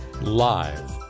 live